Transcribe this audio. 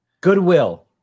Goodwill